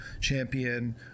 champion